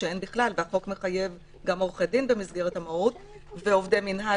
שאין בכלל והחוק מחייב גם עורכי דין ועובדי מנהל.